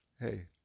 hey